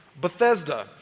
Bethesda